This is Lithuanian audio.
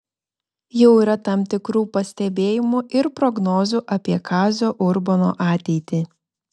jau yra tam tikrų pastebėjimų ir prognozių apie kazio urbono ateitį